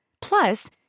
Plus